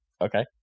Okay